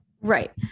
Right